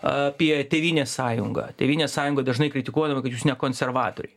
apie tėvynės sąjungą tėvynės sąjunga dažnai kritikuojama kad jūs ne konservatoriai